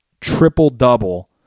triple-double